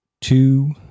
two